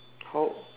how